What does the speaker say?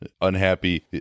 unhappy